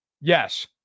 Yes